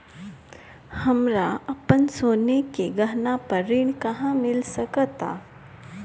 हमरा अपन सोने के गहना पर ऋण कहां मिल सकता?